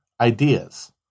ideas